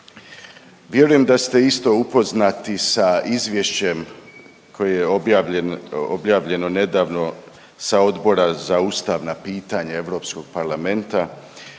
Vjerujem da ste isto upoznati sa izvješćem koje je objavljeno nedavno sa Odbora za ustavna pitanja Europskog parlamenta